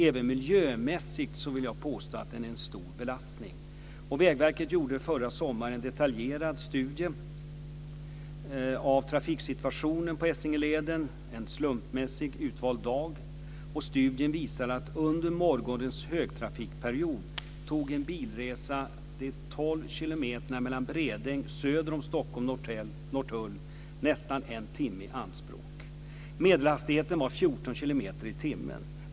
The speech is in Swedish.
Även miljömässigt vill jag påstå att den är en stor belastning. Vägverket gjorde förra sommaren en detaljerad studie av trafiksituationen på Essingeleden en slumpmässigt utvald dag. Studien visade att under morgonens högtrafikperiod tog en bilresa de tolv kilometerna från Bredäng, söder om Stockholm, till Norrtull nästan en timme i anspråk. Medelhastigheten var 14 kilometer i timmen.